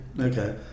Okay